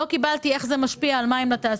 לא קיבלתי תשובה איך זה משפיע על המים בתעשייה.